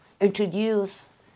introduce